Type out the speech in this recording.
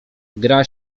gra